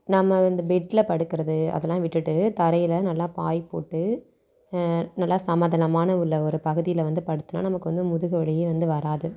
நம்ம இந்த பெட்டில் படுக்கிறது அதெல்லாம் விட்டுவிட்டு தரையில் நல்லா பாய் போட்டு நல்லா சமதளமான உள்ள ஒரு பகுதியில் வந்து படுத்தோனால் நமக்கு வந்து முதுகுவலியே வந்து வராது